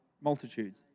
multitudes